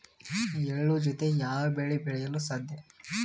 ಎಳ್ಳು ಜೂತೆ ಯಾವ ಬೆಳೆ ಬೆಳೆಯಲು ಸಾಧ್ಯ?